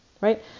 right